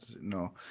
No